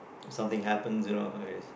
something happens you know